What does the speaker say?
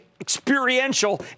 experiential